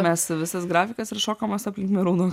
mes visas grafikas ir šokam mes aplink merūną